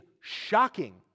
shocking